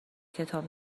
کتاب